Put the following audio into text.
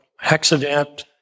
accident